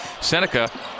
Seneca